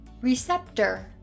Receptor